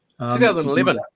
2011